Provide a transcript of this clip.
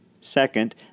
Second